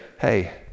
hey